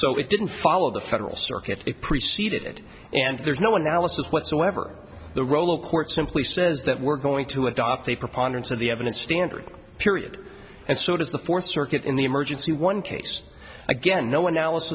so it didn't follow the federal circuit it preceded it and there's no analysis whatsoever the role of court simply says that we're going to adopt a preponderance of the evidence standard period and so does the fourth circuit in the emergency one case again no one else